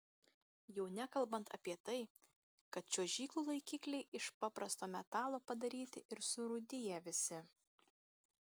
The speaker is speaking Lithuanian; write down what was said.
jau nekalbant apie tai kad čiuožyklų laikikliai iš paprasto metalo padaryti ir surūdiję visi